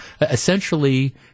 Essentially